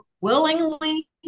willingly